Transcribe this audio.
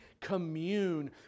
commune